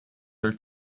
her